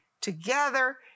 together